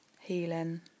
healing